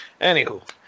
Anywho